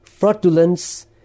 fraudulence